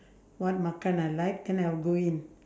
what makan I like then I'll go in